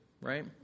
right